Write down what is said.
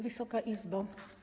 Wysoka Izbo!